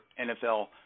NFL